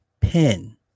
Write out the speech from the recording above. pen